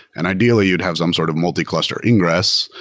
and ideally, you'd have some sort of multi-cluster ingress,